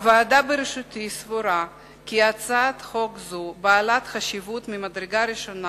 הוועדה בראשותי סבורה כי הצעת חוק זו בעלת חשיבות ממדרגה ראשונה